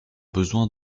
besoin